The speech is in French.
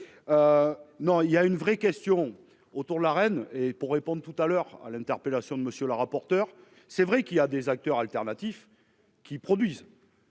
Non il y a une vraie question autour de la reine et pour répondre à tout à l'heure à l'interpellation de monsieur le rapporteur. C'est vrai qu'il y a des acteurs alternatifs qui produit.